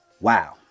wow